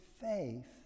faith